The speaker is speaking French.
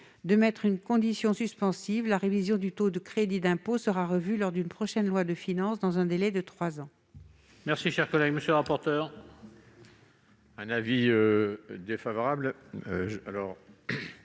à mettre une condition suspensive : la révision du taux de crédit d'impôt sera effectuée dans le cadre d'une prochaine loi de finances, dans un délai de trois ans.